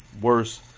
worse